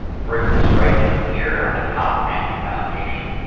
for instance right down here on the kopp family foundation,